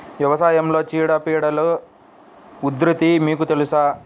వ్యవసాయంలో చీడపీడల ఉధృతి మీకు తెలుసా?